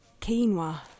quinoa